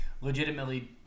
legitimately